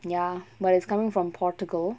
ya but it's coming from portugal